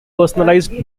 personalized